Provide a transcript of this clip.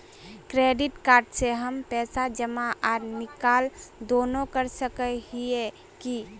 Credit card से हम पैसा जमा आर निकाल दोनों कर सके हिये की?